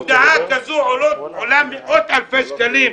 מודעה כזו עולה מאות אלפי שקלים,